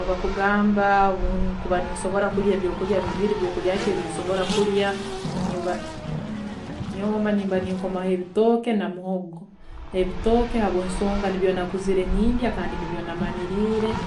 Obu bakugamba obunkuba ninsobola kurya ebyokurya bibiri byokurya ki ebinsobola kurya, nimba nyowe wama nimba ninkomaho ebitooke namuhoga. Ebitooke habwensonga nibyo nakuzire nindya kandi nibyo namanyiliire,